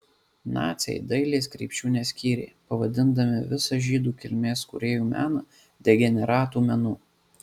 naciai dailės krypčių neskyrė pavadindami visą žydų kilmės kūrėjų meną degeneratų menu